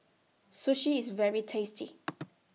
Sushi IS very tasty